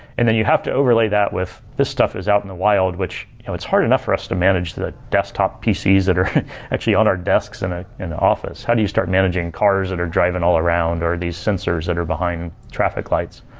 and then you have to overlay that with the stuff is out in the wild, which it's hard enough for us to manage the desktop pcs that are actually on our desks and ah in the office. how do you start managing cars that are driving all around, or these sensors that are behind traffic lights?